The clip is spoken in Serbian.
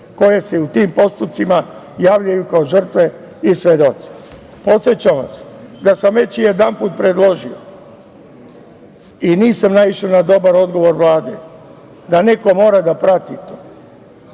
koji se u tim postupcima javljaju kao žrtve i svedoci. Podsećam vas da sam već jedanput predložio i nisam naišao na dobar odgovor Vlade da neko mora da prati to,